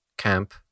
camp